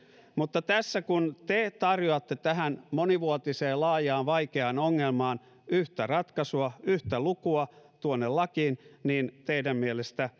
mutta tässä kun te tarjoatte tähän monivuotiseen laajaan vaikeaan ongelmaan yhtä ratkaisua yhtä lukua tuonne lakiin niin teidän mielestänne